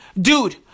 dude